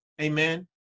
amen